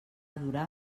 adorar